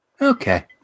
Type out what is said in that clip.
Okay